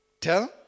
Tell